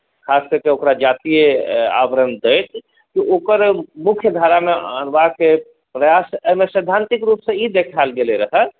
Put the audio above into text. खास कए कऽ ओकरा जातीय आवरण दैत ओकर मुख्य धारामे अनबाक प्रयास एहिमे सैद्धान्तिक रूपसे ई देखाएल गेलै रहए